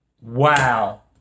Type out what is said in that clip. Wow